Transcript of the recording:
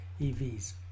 EVs